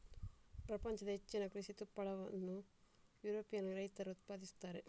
ಪ್ರಪಂಚದ ಹೆಚ್ಚಿನ ಕೃಷಿ ತುಪ್ಪಳವನ್ನು ಯುರೋಪಿಯನ್ ರೈತರು ಉತ್ಪಾದಿಸುತ್ತಾರೆ